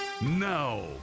Now